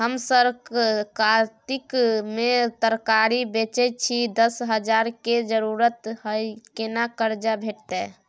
हम सरक कातिक में तरकारी बेचै छी, दस हजार के जरूरत हय केना कर्जा भेटतै?